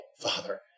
father